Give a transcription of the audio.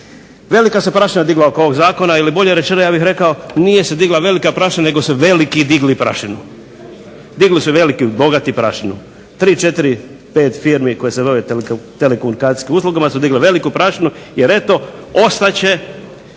Velika se prašina digla oko ovog zakona ili bolje rečeno ja bih rekao nije se digla velika prašina nego su veliki digli prašinu, digli su veliki bogati prašinu. Tri, četiri, pet firmi koje se bave telekomunikacijskim uslugama su digle veliku prašinu jer eto ostat